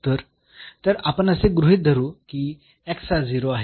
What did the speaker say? तर तर आपण असे गृहीत धरू की हा 0 आहे